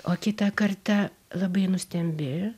o kitą kartą labai nustembi